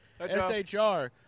SHR